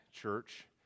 church